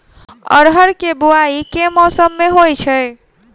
अरहर केँ बोवायी केँ मौसम मे होइ छैय?